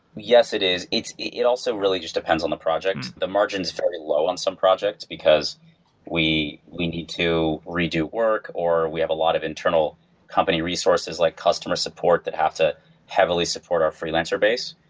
yes, it is. it it also really just depends on the project. the margin is very low on some projects, because we we need to redo work or we have a lot of internal company resources, like customer support that have to heavily support our freelancer base.